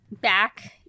back